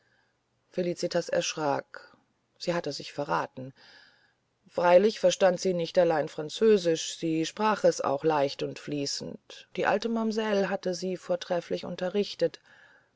felicitas erschrak sie hatte sich verraten freilich verstand sie nicht allein französisch sie sprach es auch leicht und fließend die alte mamsell hatte sie vortrefflich unterrichtet